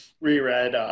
reread